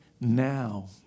now